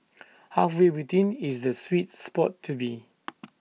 halfway between is the sweet spot to be